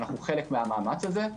אנו חלק מהמאמץ הזה.